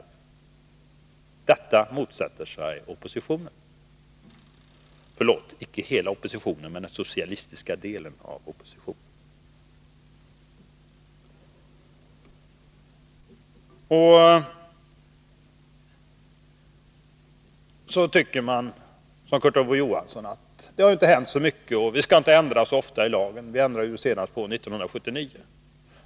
Mot detta opponerar sig oppositionen — förlåt, icke hela oppositionen, men den socialistiska delen av denna. Kurt Ove Johansson sade att det inte hänt så mycket och att vi inte skulle ändra så ofta i lagen; vi ändrade ju på den senast 1979.